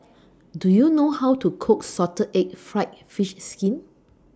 Do YOU know How to Cook Salted Egg Fried Fish Skin